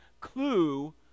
clue